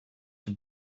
die